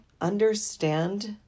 understand